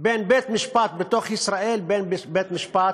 בין בית-משפט בתוך ישראל לבית-משפט